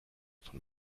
von